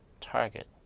target